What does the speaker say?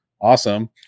awesome